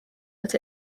but